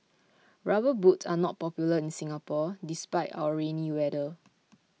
rubber boots are not popular in Singapore despite our rainy weather